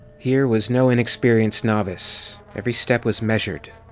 here was no inexperienced novice every step was measured,